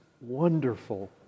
wonderful